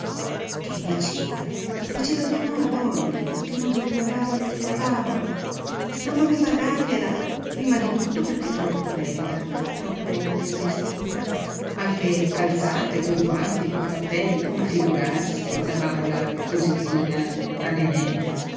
che diceva diceva di no a dolly che non doveva darle la bambola non doveva dargliela prima di tutto perché troppo bella troppo ben vestita anche calzata e coi guanti e col cappello ma figurarsi una bambola cosí fina a nenè